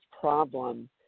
problem